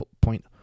point